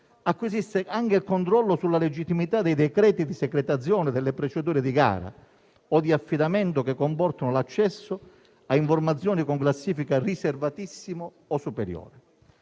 acquisisce anche il controllo sulla legittimità dei decreti di segretazione delle procedure di gara o di affidamento che comportano l'accesso a informazioni con classifica "riservatissimo" o "superiore".